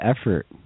effort